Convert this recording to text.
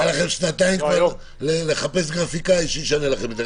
היו לכם שנתיים לחפש גרפיקאי שישנה לכם את זה.